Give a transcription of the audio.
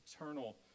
eternal